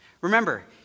Remember